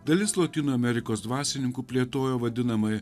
dalis lotynų amerikos dvasininkų plėtojo vadinamąją